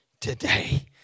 today